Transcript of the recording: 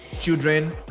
children